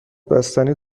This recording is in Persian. بستنی